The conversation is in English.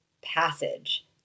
passage